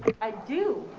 i do.